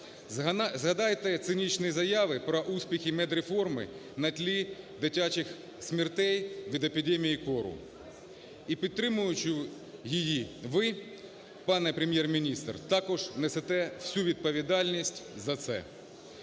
Згадайте цинічні заяви про успіхи медреформи на тлі дитячих смертей від епідемії кору. І, підтримуючи її, ви, пане Прем'єр-міністр, також несете всю відповідальність за це.